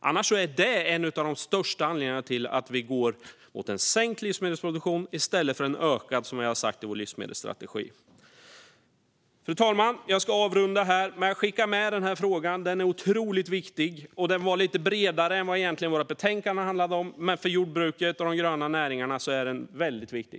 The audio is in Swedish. Annars är det en av de största anledningarna till att vi går mot en sänkt livsmedelsproduktion i stället för en ökad, som vi angett i vår livsmedelsstrategi. Fru talman! Jag skickar med den här frågan. Den är otroligt viktig. Egentligen är den lite bredare än vad vårt betänkande handlar om, men för jordbruket och de gröna näringarna är den väldigt viktig.